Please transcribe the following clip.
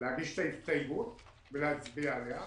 להגיש את ההסתייגות ולהצביע עליה.